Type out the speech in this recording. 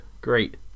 great